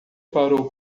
parou